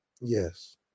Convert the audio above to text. Yes